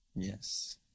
Yes